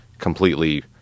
completely